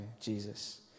Jesus